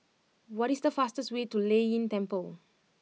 what is the fastest way to Lei Yin Temple